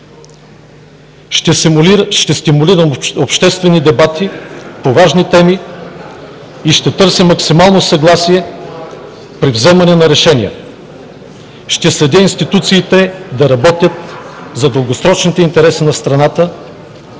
Ще стимулирам обществени дебати по важни теми и ще търся максимално съгласие при вземане на решения, ще следя институциите да работят за дългосрочните интереси на страната,